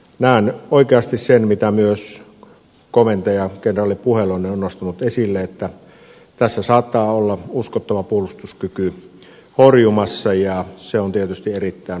näen oikeasti sen minkä myös komentaja kenraali puheloinen on nostanut esille että tässä saattaa olla uskottava puolustuskyky horjumassa ja se on tietysti erittäin ongelmallinen asia